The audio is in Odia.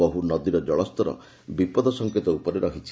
ବହୁ ନଦୀର ଜଳସ୍ତର ବିପଦ ସଂକେତ ଉପରେ ରହିଛି